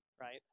right